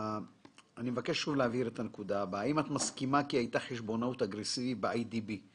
האם את מסכימה כי הייתה חשבונאות אגרסיבית באיי די בי?